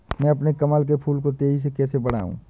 मैं अपने कमल के फूल को तेजी से कैसे बढाऊं?